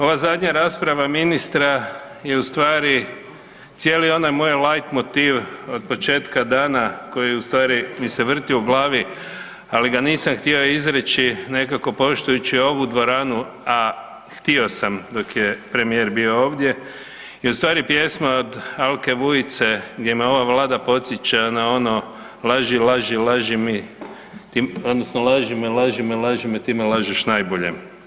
Ova zadnja rasprava ministra je ustvari cijeli moj lajt motiv od početka dana koji ustvari mi se vrti u glavi, ali ga nisam htio izreći nekako poštujući ovu dvoranu a htio sam dok je premijer bio ovdje jer ustvari pjesma od Alke Vujice gdje me ova Vlada podsjeća na ono „Laži, laži, laži mi“ odnosno laži me, laži me, laži me, ti me lažeš najbolje.